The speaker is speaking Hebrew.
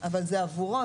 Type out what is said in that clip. אבל זה עבורו,